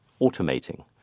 automating